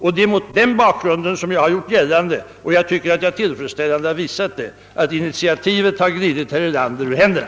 Och det är mot denna bakgrund jag gjort gällande att — såsom jag tycker att jag tillfredsställande visat — initiativet glidit herr Erlander ur händerna.